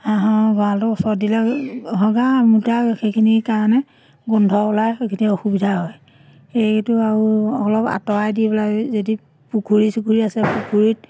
হাঁহৰ গঁৰালটো ওচৰত দিলে হগা মুতা সেইখিনিৰ কাৰণে গোন্ধ ওলায় সেইকাৰণে অসুবিধা হয় সেইটো আৰু অলপ আঁতৰাই দি পেলাই যদি পুখুৰী চুখুৰি আছে পুখুৰীত